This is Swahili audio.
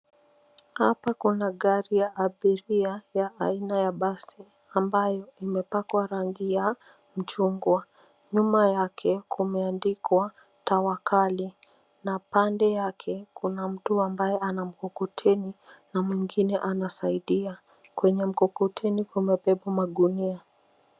Hapa kuna gari ya abiria ya aina ya basi ambayo imepakwa rangi ya mchungwa. Nyuma yake kumeandikwa Tawakal na pande yake kuna mtu ambaye ana mkokoteni na mwingine anasaidia. Kwenye mkokoteni kumebebwa magunia.